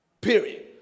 Period